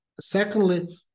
secondly